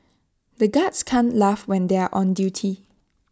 the guards can't laugh when they are on duty